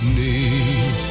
need